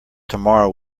tomorrow